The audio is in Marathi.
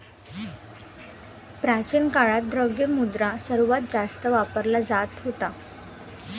प्राचीन काळात, द्रव्य मुद्रा सर्वात जास्त वापरला जात होता